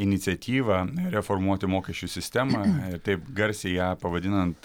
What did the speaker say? iniciatyva reformuoti mokesčių sistemą ir taip garsiai ją pavadinant